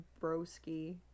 broski